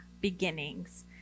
beginnings